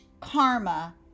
karma